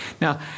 Now